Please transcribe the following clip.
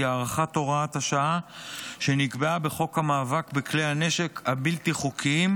הוא הארכת הוראת השעה שנקבעה בחוק המאבק בכלי הנשק הבלתי חוקיים,